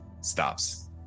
stops